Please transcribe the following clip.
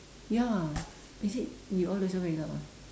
ya is it we all also